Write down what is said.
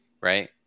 right